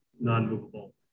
non-movable